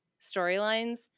storylines